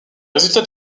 résultats